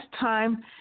time